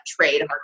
trade